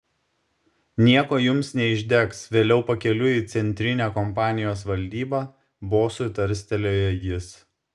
nieko jums neišdegs vėliau pakeliui į centrinę kompanijos valdybą bosui tarstelėjo jis